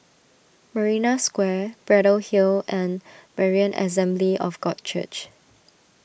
Marina Square Braddell Hill and Berean Assembly of God Church